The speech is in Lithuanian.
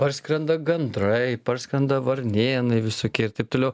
parskrenda gandrai parskrenda varnėnai visokie ir taip toliau